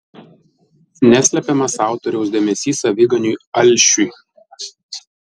neslepiamas autoriaus dėmesys aviganiui alšiui